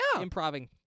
Improving